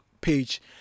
page